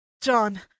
John